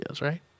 right